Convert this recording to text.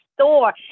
store